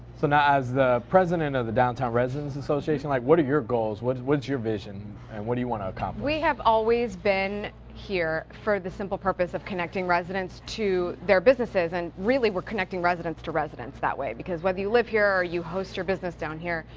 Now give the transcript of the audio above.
so, now as the president of the downtown residents association, like what are your goals? what's what's your vision and what do you want to accomplish? we have always been here for the simple purpose of connecting residents to their businesses, and really we're connecting residents to residents that way. because whether you live here or you host your business down here,